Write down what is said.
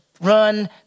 run